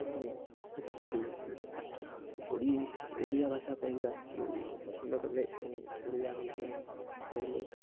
ଲୋକମାନେ ସଂସ୍କୃତ ଛାଡ଼ି ଓଡ଼ି ସି ଓଡ଼ିଆ ଭାଷା କହିବାକୁ ପସନ୍ଦ କଲେ ଏବଂ ଓଡ଼ିଆ ମଧ୍ୟ କହିଲେ